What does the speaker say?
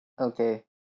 Okay